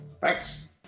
Thanks